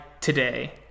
today